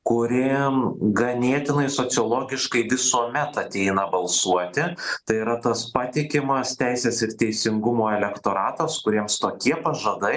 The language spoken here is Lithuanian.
kuri ganėtinai sociologiškai visuomet ateina balsuoti tai yra tas patikimas teisės ir teisingumo elektoratas kuriems tokie pažadai